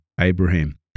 Abraham